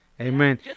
Amen